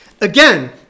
Again